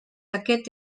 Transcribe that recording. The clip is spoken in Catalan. aquest